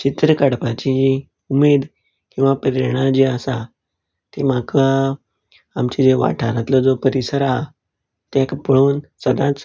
चित्र काडपाची उमेद किंवा प्रेरणा जी आसा ती म्हाका आमच्या जो वाठारांतलो जो परिसर आसा ताका पळोवन सदांच